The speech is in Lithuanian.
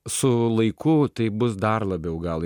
su laiku tai bus dar labiau gal